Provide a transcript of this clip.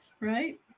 Right